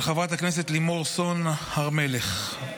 של חברת הכנסת לימור סון הר מלך.